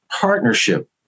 partnership